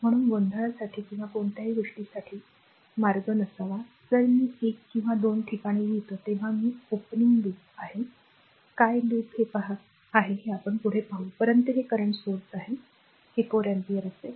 म्हणून गोंधळासाठी किंवा कोणत्याही गोष्टीसाठी कोणताही मार्ग नसावा जरी मी एक किंवा दोन ठिकाणी लिहितो तेव्हा मी ओव्हर लूपिंग r आहे काय लूप हे पाहत आहे परंतु हे current स्त्रोत आहे ते 4 अँपिअर असेल